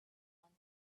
month